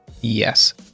Yes